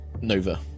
nova